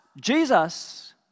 Jesus